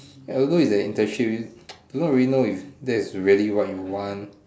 and also it's an internship you do not really know if that's really what you want